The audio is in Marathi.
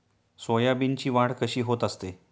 सोयाबीनची वाढ कशी होत असते?